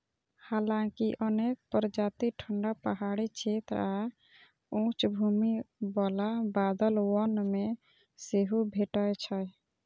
हालांकि अनेक प्रजाति ठंढा पहाड़ी क्षेत्र आ उच्च भूमि बला बादल वन मे सेहो भेटै छै